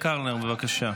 אריאל קלנר, בבקשה.